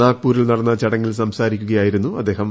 നാഗ്പൂരിൽ നടന്ന ചടങ്ങിൽ സംസാരിക്കുകയായിരുന്നു അദ്ദേഹം